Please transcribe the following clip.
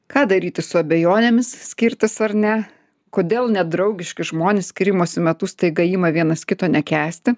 ką daryti su abejonėmis skirtis ar ne kodėl nedraugiški žmonės skyrimosi metu staiga ima vienas kito nekęsti